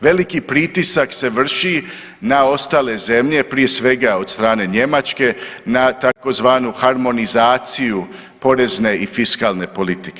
Veliki pritisak se vrši na ostale zemlje prije svega od strane Njemačke na tzv. harmonizaciju porezne i fiskalne politike.